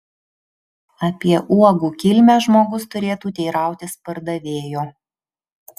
apie uogų kilmę žmogus turėtų teirautis pardavėjo